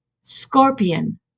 Scorpion